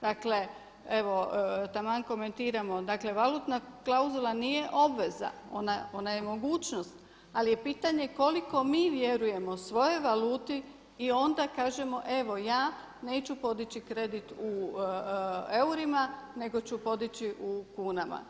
Dakle, evo taman komentiramo dakle valutna klauzula nije obveza, ona je mogućnost ali je pitanje koliko mi vjerujemo svojoj valuti i onda kažemo evo ja neću podići kredit u eurima nego ću podići u kunama.